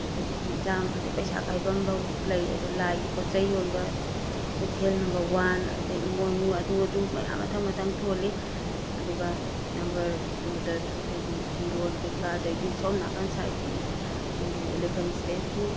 ꯑꯗꯒꯤ ꯍꯦꯟꯖꯥꯡ ꯄꯩꯁꯥ ꯀꯥꯏꯕꯝꯐꯥꯎ ꯂꯩ ꯑꯗꯨ ꯂꯥꯏꯒꯤ ꯄꯣꯠꯆꯩ ꯌꯣꯟꯕ ꯀꯩꯊꯦꯜ ꯅꯝꯕꯔ ꯋꯥꯟ ꯑꯗꯒꯤ ꯏꯃꯣꯏꯅꯨ ꯑꯗꯨ ꯑꯗꯨ ꯃꯌꯥꯝ ꯃꯊꯪ ꯃꯊꯪ ꯊꯣꯜꯂꯤ ꯑꯗꯨꯒ ꯅꯝꯕꯔ ꯇꯨꯗꯁꯨ ꯑꯩꯈꯣꯏꯒꯤ ꯐꯤꯔꯣꯜ ꯀꯩ ꯀꯥ ꯑꯗꯒꯤ ꯁꯣꯝꯅꯥꯀꯟ ꯁꯥꯏꯠꯀꯤ ꯑꯩꯈꯣꯏꯒꯤ ꯑꯦꯂꯤꯐꯦꯟ ꯁ꯭ꯇꯦꯆꯨ